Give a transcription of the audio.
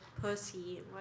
pussy